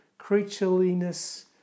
creatureliness